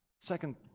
second